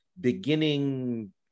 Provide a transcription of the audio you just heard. beginning